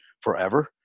forever